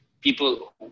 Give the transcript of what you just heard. people